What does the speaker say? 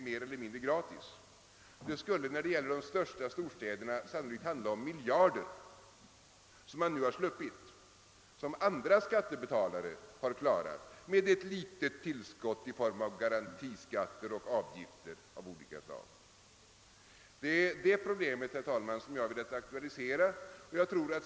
Det rör sig för de största städernas del sannolikt om miljardkostnader som de nu sluppit och som andra skattebetalare fått bära utan att erhålla mer än ett litet tillskott i form av garantiskatter och avgifter av olika slag. Det är detta problem, herr talman, som jag har velat aktualisera.